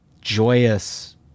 joyous